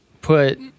put –